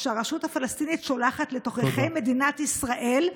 שהרשות הפלסטינית שולחת לתוככי מדינת ישראל,